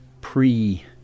pre